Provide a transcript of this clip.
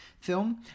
film